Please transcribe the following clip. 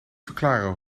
verklaren